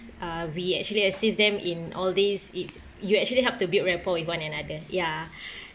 um we actually assist them in all these it's you actually help to build rapport with one another ya